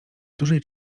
dużej